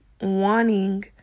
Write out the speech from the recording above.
wanting